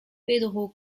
pedro